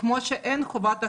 כמו שאין חובת חיסונים.